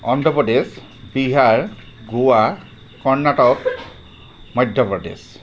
Andhra Pradesh Bihar Goa Karnataka Madhya Pradesh